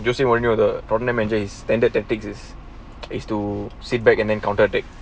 they'll say we're near the garden images standard tactics is is to sit back and then counter attack